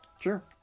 Sure